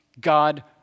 God